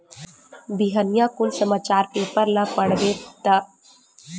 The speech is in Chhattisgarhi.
बिहनिया कुन समाचार पेपर ल पड़बे या टी.भी म समाचार देखबे त दस ले बीस ठन दुरघटना के समाचार मिली जाथे